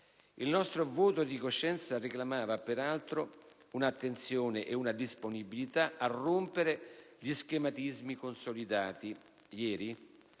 Il nostro voto di coscienza reclamava peraltro un'attenzione e una disponibilità a rompere gli schematismi consolidati. Ieri,